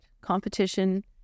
Competition